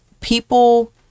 people